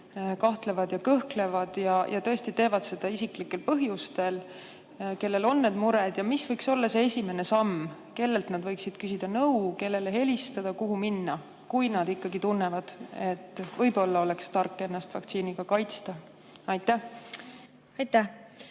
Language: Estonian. kahtlevad ja kõhklevad ja tõesti teevad seda isiklikel põhjustel? Neil on mure. Ja mis võiks olla see esimene samm, kellelt nad võiksid nõu küsida, kellele helistada, kuhu minna, kui nad tunnevad, et võib-olla oleks tark ennast vaktsiiniga kaitsta? Aitäh,